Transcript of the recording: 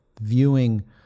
viewing